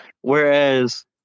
Whereas